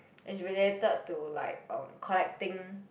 is related to like um collecting